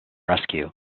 rescue